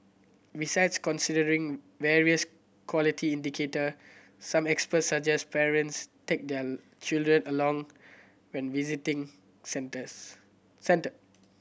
besides considering various quality indicator some experts suggest parents take their children along when visiting centres